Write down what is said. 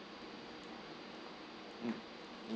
mm